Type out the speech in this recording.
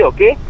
Okay